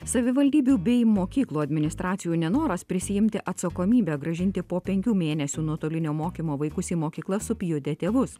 savivaldybių bei mokyklų administracijų nenoras prisiimti atsakomybę grąžinti po penkių mėnesių nuotolinio mokymo vaikus į mokyklas supjudė tėvus